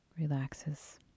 relaxes